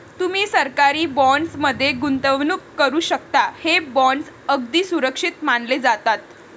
तुम्ही सरकारी बॉण्ड्स मध्ये गुंतवणूक करू शकता, हे बॉण्ड्स अगदी सुरक्षित मानले जातात